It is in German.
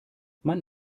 man